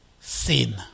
sin